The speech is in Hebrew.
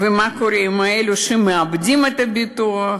ומה קורה עם אלו שמאבדים את הביטוח?